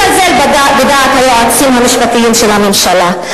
אפילו לזלזל בדעת היועצים המשפטיים של הממשלה.